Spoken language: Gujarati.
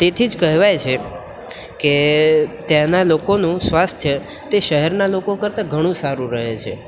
તેથી જ કહેવાય છે કે ત્યાંના લોકોનું સ્વાસ્થ્ય તે શહેરના લોકો કરતા ઘણું સારું રહે છે